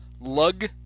Lug